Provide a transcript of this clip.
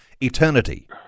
eternity